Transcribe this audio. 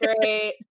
great